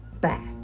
back